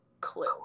clue